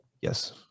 yes